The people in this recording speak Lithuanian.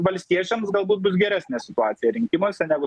valstiečiams galbūt bus geresnė situacija rinkimuose negu